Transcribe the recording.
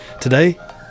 Today